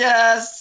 Yes